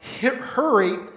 hurry